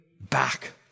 back